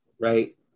right